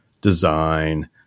design